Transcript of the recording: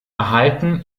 erhalten